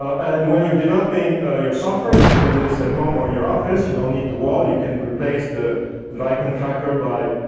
and when you're developing your software you can do this at home or in your office, you don't need the wall, you can replace the viacom tracker by